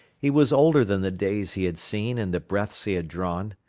he was older than the days he had seen and the breaths he had drawn.